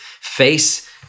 face